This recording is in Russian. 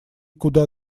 куда